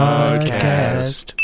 Podcast